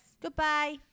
Goodbye